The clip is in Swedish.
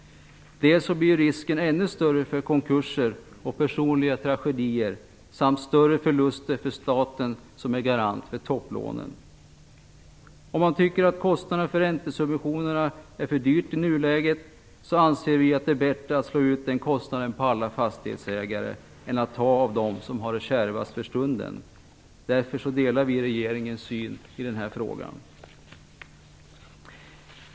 Risken för konkurser, personliga tragedier och stora förluster för staten som är garant för topplånen blir ännu större. Om man tycker att kostnaderna för räntesubventionerna är för höga i nuläget, anser vi i alla fall att det är bättre att slå ut kostnaden på alla fastighetsägare än att ta av dem som har det kärvast för stunden. Därför delar vi regeringens syn i den här frågan.